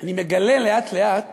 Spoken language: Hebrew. אני מגלה לאט-לאט